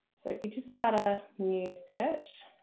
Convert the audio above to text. so if you just start a new search,